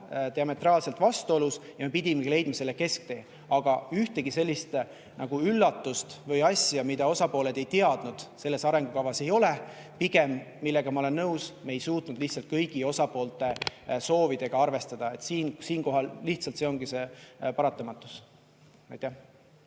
diametraalses vastuolus ja me pidimegi leidma selle kesktee. Aga ühtegi sellist üllatust või asja, mida osapooled ei teadnud, selles arengukavas ei ole. Pigem, ma olen nõus, me ei suutnud lihtsalt kõigi osapoolte soovidega arvestada. Siinkohal lihtsalt see ongi see paratamatus.